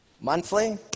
Monthly